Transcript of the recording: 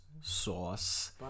sauce